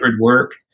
work